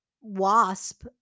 wasp